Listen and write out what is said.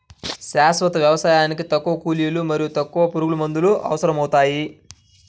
శాశ్వత వ్యవసాయానికి తక్కువ కూలీలు మరియు తక్కువ పురుగుమందులు అవసరమవుతాయి